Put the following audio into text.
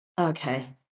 Okay